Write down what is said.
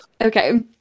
Okay